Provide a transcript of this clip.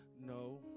no